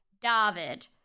David